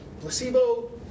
Placebo